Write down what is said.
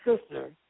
sister